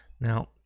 Now